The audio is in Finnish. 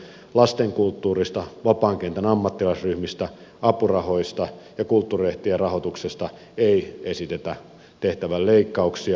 lastenkulttuurista vapaan kentän ammattilaisryhmistä apurahoista ja kulttuurilehtien rahoituksesta ei esitetä tehtävän leikkauksia